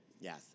Yes